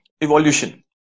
evolution